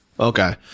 Okay